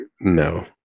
no